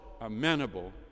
amenable